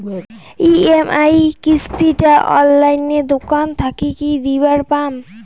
EMI কিস্তি টা অনলাইনে দোকান থাকি কি দিবার পাম?